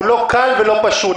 הוא לא קל ולא פשוט.